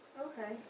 okay